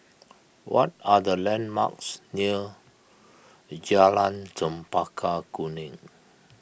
what are the landmarks near Jalan Chempaka Kuning